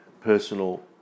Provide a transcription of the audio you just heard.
personal